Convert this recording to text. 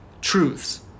truths